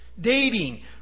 Dating